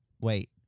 wait